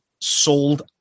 sold